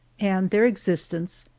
and their existence,